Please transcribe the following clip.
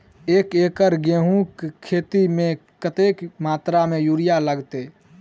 एक एकड़ गेंहूँ केँ खेती मे कतेक मात्रा मे यूरिया लागतै?